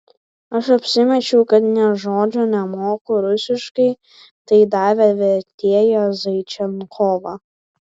aš apsimečiau kad nė žodžio nemoku rusiškai tai davė vertėją zaičenkovą